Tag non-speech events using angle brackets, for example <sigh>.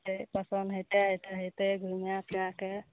पसन्द हेतय एतऽ हेतय घुमय <unintelligible>